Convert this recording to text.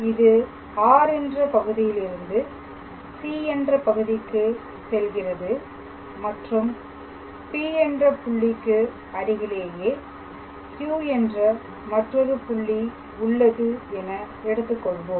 இது R என்ற பகுதியிலிருந்து C என்ற பகுதிக்கு செல்கிறது மற்றும் P என்ற புள்ளிக்கு அருகிலேயே Q என்ற மற்றொரு புள்ளி உள்ளது என எடுத்துக்கொள்வோம்